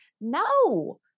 no